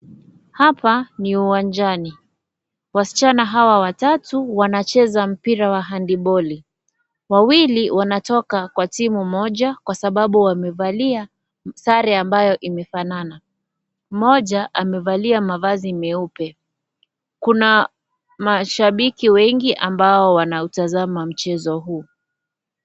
Hapa ni uwanjani. Waschana hawa watatu ,wanacheza mpira wa handiboli. Wawili wanatoka kwa timu moja kwasababu, wamevalia mistari ambayo inafanana. Mmoja amevalia mavazi meupe. Kuna mashabiki wengi ambao wanautazama mchezo huu.